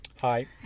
Hi